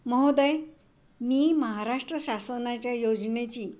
महोदय मी महाराष्ट्र शासनाच्या योजनेची